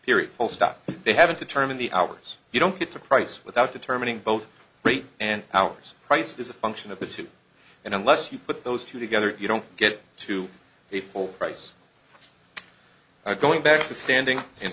period full stop they haven't determined the hours you don't get to price without determining both rate and hours price is a function of the two and unless you put those two together if you don't get to the full price going back to standing in